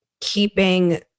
keeping